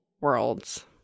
worlds